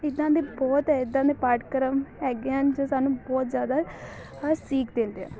ਇੱਦਾਂ ਦੇ ਬਹੁਤ ਇੱਦਾਂ ਦੇ ਪਾਠਕ੍ਰਮ ਹੈਗੇ ਹਨ ਜੋ ਸਾਨੂੰ ਬਹੁਤ ਜ਼ਿਆਦਾ ਹਰ ਸੀਖ ਦਿੰਦੇ ਆ